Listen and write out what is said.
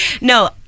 No